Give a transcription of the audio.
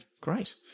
Great